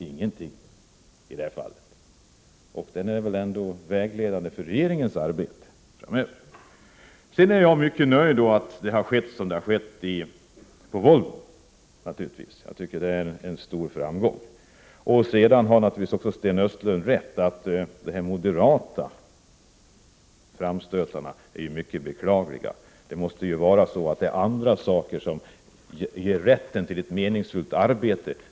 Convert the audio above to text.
Ingenting i det fallet. Regeringsdeklarationen är väl ändå vägledande för regeringens arbete framöver? Jag är mycket nöjd med att det har gått som det har gått på Volvo. Det är en stor framgång. Sten Östlund har naturligtvis rätt i att de moderata framstötarna är mycket beklagliga. Det måste vara andra saker som ger rätt till ett meningsfullt arbete.